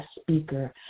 speaker